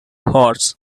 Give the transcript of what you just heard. horse